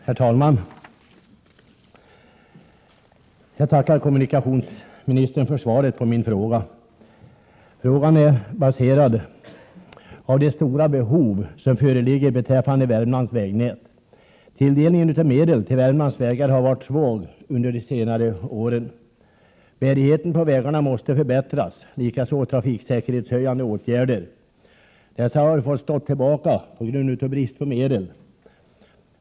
Herr talman! Jag tackar kommunikationsministern för svaret på min fråga. Frågan är baserad på de stora behov som föreligger beträffande Värmlands vägnät. Tilldelningen av medel till Värmlands vägar har varit svag under senare år. Bärigheten på vägarna måste förbättras, likaså trafiksäkerhetshöjande åtgärder. Dessa har fått stå tillbaka på grund av brist på medel.